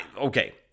Okay